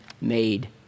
made